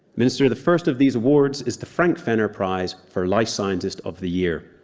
minister, the first of these awards is the frank fenner prize for life scientist of the year.